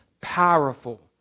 powerful